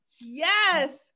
Yes